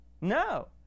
No